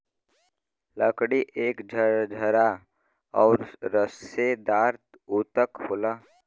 लकड़ी एक झरझरा आउर रेसेदार ऊतक होला